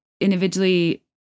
individually